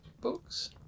books